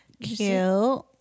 Cute